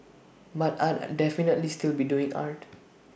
but I'll definitely still be doing art